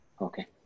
Okay